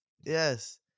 Yes